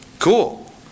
cool